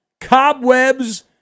cobwebs